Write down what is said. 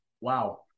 Wow